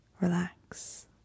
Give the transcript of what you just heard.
relax